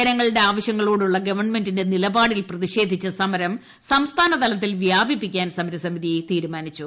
ജനങ്ങളുടെ ആവശ്യങ്ങളോടുള്ള ഗവൺമെന്റിന്റെ നിലപാടിൽ പ്രതിഷേധിച്ച് സമരം സംസ്ഥാന തലത്തിൽ വ്യാപിപ്പിക്കാൻ സമര സമിതി തീരുമാനിച്ചു